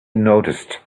noticed